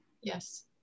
yes